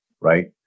right